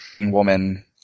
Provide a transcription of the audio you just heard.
woman